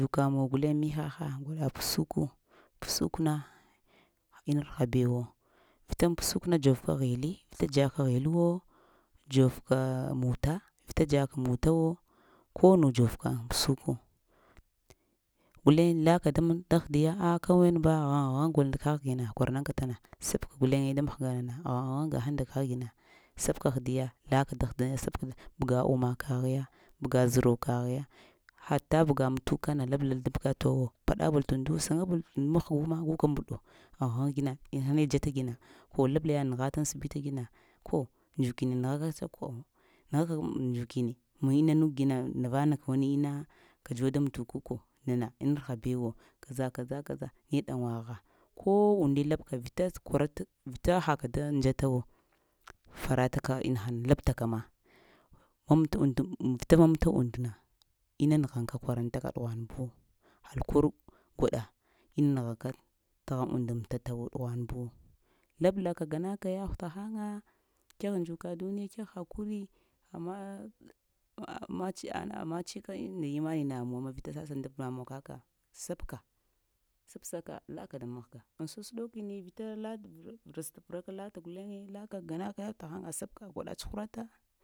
Dzuka muwa guleŋ mihaha, gwaɗa pəsuku pəsukna inarha bewo, vita pəsukana dzovka ghili, vita dzaka ghilo dzoⱱka muta, vita dzaka mutawo, konu dzovka aŋ pəsuku, guleŋ laka daŋhə-diya a'h ka men ba aghŋ-aghŋ gol tək gina kwara nab ka tana, sabka guleŋe da mahga nana aghŋ-aghŋ gahəŋ ndak gina, sabka ahdiya, laka dahduya, sabka bəga umma kaghiya, bəga zəro kəghiya, hatta bəga amtuk, kana biblal təɓga towo, pəɗa bol tunndu saŋabol tun-nd məhgu ma guka mbəɗo aghŋ-gina inahane dzata gina ko labla yaɗ nəghata aŋ səbita gina ko dzukin nanəghaka ko nəghaka dzuki ni, maŋ ina-nuk gina navana kə ina kadzuwaɗ daŋ mətuku ko nana inarha bewo, kaza-kaza ne ɗawaŋa gha ko unnde labka vita tsukurataɗ tə haka da njatawo faratako inagha labtaka ma, məmta unndu, vita məmta unndna, ina nəghaŋka kwarantaka ɗughwanbu hal kor gwaɗa ina nəghaka təghaŋ unnda mətatuwo ɗughvanbuwo, lablaka gana gaka yaghw tahaŋa, kegh dzuka duniyana? Kegh hakuri? Amma cika nda imani na vita sasa davlamuwa kaka sabka, sabsaka laka da mahga aŋ səs ɗokini vita vəras lata guleŋe laka ganaka yaghw təhaŋ sabka gwaɗa tsuhura.